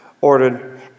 ordered